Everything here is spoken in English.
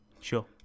Sure